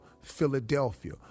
Philadelphia